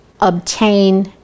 obtain